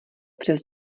přes